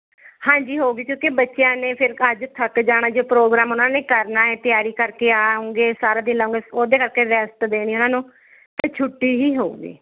ਹਾਂਜੀ ਹੋਵੇਗੀ ਕਿਉਂਕਿ ਬੱਚਿਆਂ ਨੇ ਫਿਰ ਅੱਜ ਥੱਕ ਜਾਣਾ ਜੇ ਪ੍ਰੋਗਰਾਮ ਉਨ੍ਹਾਂ ਨੇ ਕਰਨਾ ਏ ਤਿਆਰੀ ਕਰਕੇ ਆਊਂਗੇ ਸਾਰਾ ਦਿਨ ਲਗ ਉਹਦੇ ਕਰਕੇ ਰੈਸਟ ਦੇਣੀ ਉਨ੍ਹਾਂ ਨੂੰ ਤਾਂ ਛੁੱਟੀ ਹੀ ਹੋਵੇਗੀ